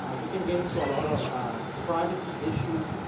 ah you can get into a lot of privacy issues,